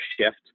shift